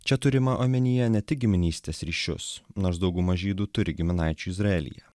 čia turima omenyje ne tik giminystės ryšius nors dauguma žydų turi giminaičių izraelyje